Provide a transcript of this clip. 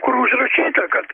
kur užrašyta kad